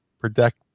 Protect